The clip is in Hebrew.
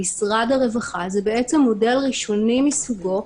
משרד הרווחה זה בעצם מודל ראשוני מסוגו,